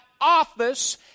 office